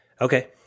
Okay